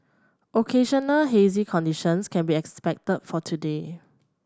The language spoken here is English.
occasional hazy conditions can be expected for today